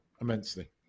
immensely